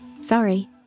Sorry